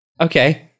Okay